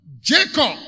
Jacob